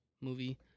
movie